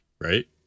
right